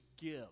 give